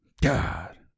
God